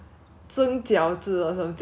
曾饺子 or something